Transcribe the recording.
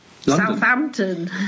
Southampton